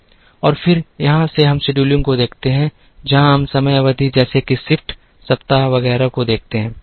और फिर यहां से हम शेड्यूलिंग को देखते हैं जहां हम समय अवधि जैसे कि शिफ्ट सप्ताह वगैरह को देखते हैं